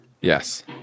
Yes